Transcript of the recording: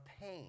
pain